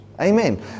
Amen